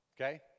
Okay